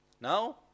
now